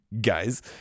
Guys